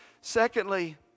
Secondly